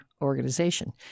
organization